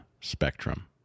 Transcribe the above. spectrum